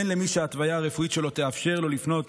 הן למי שההתוויה הרפואית שלו תאפשר לו לפנות